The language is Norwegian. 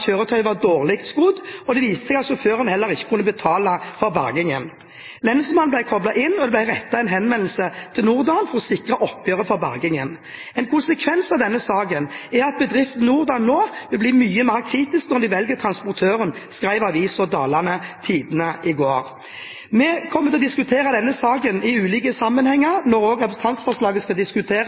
var dårlig skodd, og det viste seg at sjåføren heller ikke kunne betale for bergingen. Lensmannen ble koblet inn, og det ble rettet en henvendelse til NorDan for å sikre oppgjør for bergingen. En konsekvens av denne saken er at bedriften NorDan nå vil bli mye mer kritisk når de velger transportører, skrev avisen Dalane Tidende i går. Vi kommer til å diskutere denne saken i ulike sammenhenger, også når representantforslaget skal